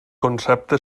concepte